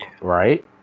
right